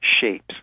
shapes